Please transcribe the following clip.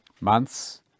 months